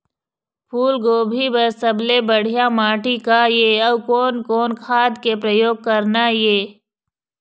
फूलगोभी बर सबले बढ़िया माटी का ये? अउ कोन कोन खाद के प्रयोग करना ये?